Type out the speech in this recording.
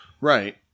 Right